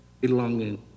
belonging